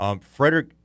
Frederick